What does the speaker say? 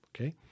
okay